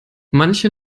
manche